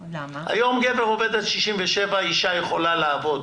היום גבר עובד עד גיל 67 ואישה יכולה לעבוד